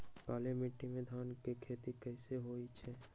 काली माटी में धान के खेती कईसे होइ छइ?